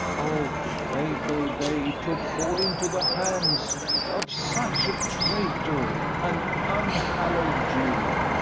o fatal day, to fall into the hands of such a traitor and unhallow'd jew!